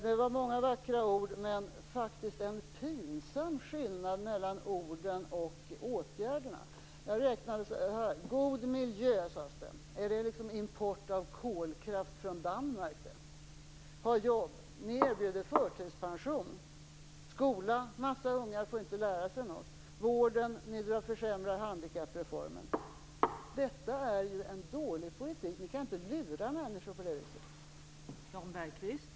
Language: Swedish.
Det var många vackra ord, men det var faktiskt en pinsam skillnad mellan orden och åtgärderna. Det talades om god miljö. Är det import av kolkraft från Danmark? Och när det gäller jobben erbjuder ni förtidspensionering. Massor av ungar får inte lära sig något i skolan. Ni försämrar handikappreformen. Detta är en dålig politik. Ni kan inte lura människor på det viset.